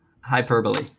hyperbole